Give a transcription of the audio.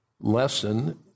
lesson